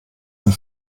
ein